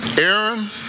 Aaron